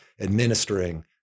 administering